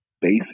basic